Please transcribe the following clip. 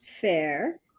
Fair